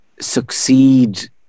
succeed